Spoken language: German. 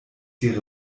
die